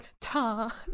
ta